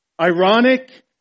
ironic